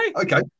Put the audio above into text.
Okay